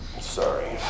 Sorry